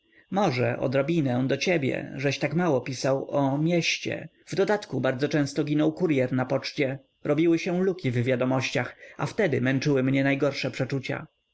może odrobinę do ciebie żeś tak mało pisał o mieście w dodatku bardzo często ginął kuryer na poczcie robiły się luki w wiadomościach a wtedy męczyły mnie najgorsze przeczucia